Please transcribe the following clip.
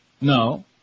No